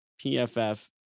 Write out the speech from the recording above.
PFF